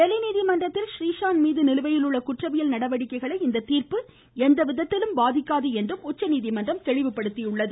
டெல்லி நீதிமன்றத்தில் றீஷாந்த் மீது நிலுவையில் உள்ள குற்றவியல் நடவடிக்கைகளை இந்த தீர்ப்பு எந்த விதத்திலும் பாதிக்காது என்றும் உச்சநீதிமன்றம் தெளிவுபடுத்தியுள்ளது